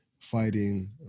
fighting